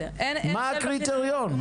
מה הקריטריון?